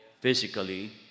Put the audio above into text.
physically